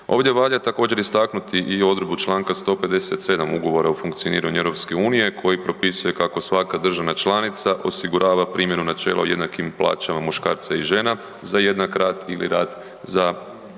Ovdje valja također istaknuti i odredbu čl. 157. Ugovora o funkcioniranju EU koji propisuje kako svaka država članica osigurava primjenu načela jednakim plaćama muškarca i žena za jednak rad ili rad za jednaku